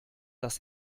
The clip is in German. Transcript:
das